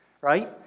right